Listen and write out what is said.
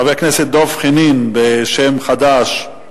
חבר הכנסת דב חנין, בשם חד"ש,